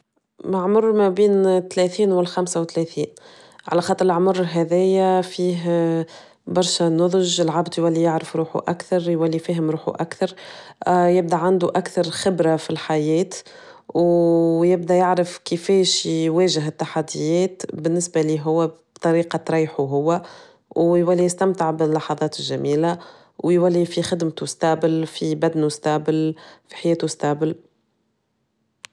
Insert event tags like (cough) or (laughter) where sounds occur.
ما عمر ما بين ثلاثين والخمسة وثلاثين، على خاطر العمر هاذيا فيه (hesitation) برشا النضج العبد يولي يعرف روحو أكثر يولي فاهم روحو اكثر (hesitation) يبدا عندو اكثر خبرة في الحياة ويبدا يعرف كيفاش يواجه التحديات بالنسبة ليه هو بطريقة تريحو هو ويولي يستمتع باللحظات الجميلة ويولي في خدمتو ستابل في بدنه ستابل في حياتو ستابل.